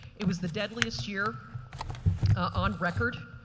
it was the deadliest year on record